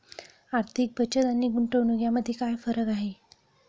आर्थिक बचत आणि गुंतवणूक यामध्ये काय फरक आहे?